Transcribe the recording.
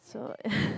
so